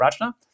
Rajna